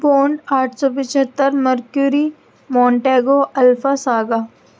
pound آٹھ سو پچہتر مرکیوری مونٹگو الفا ساگا